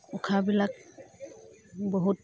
উশাহবিলাক বহুত